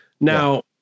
Now